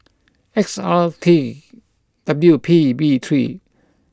X R T W P B three